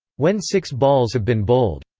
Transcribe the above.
when six balls have been bowled.